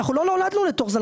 אנחנו לא נולדנו לתוך זה.